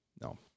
no